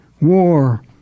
War